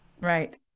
Right